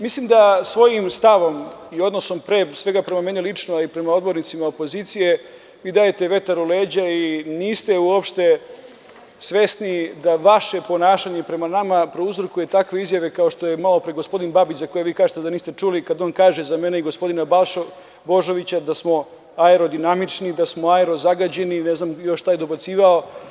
Mislim da svojim stavom i odnosom, pre svega prema meni lično, a i prema odbornicima opozicije, vi dajete vetar u leđa i niste uopšte svesni da vaše ponašanje prema nama prouzrokuje takve izjave kao što je malopre gospodin Babić, za koje vi kažete da niste čuli, kada on kaže za mene i gospodina Balšu Božovića da smo aerodinamični, da smo aerozagađeni i ne znam šta je još dobacivao.